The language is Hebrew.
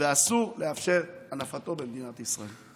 ואסור לאפשר את הנפתו במדינת ישראל.